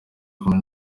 kumwe